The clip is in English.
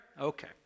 Okay